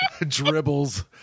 dribbles